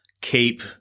Keep